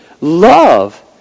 Love